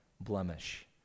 blemish